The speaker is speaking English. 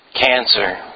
Cancer